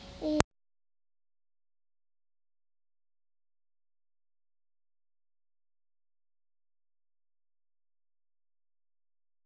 कौनसी फसल सबसे तेज़ी से बढ़ती है?